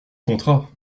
contrat